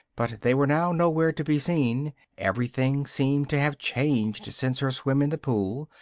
but they were now nowhere to be seen everything seemed to have changed since her swim in the pool,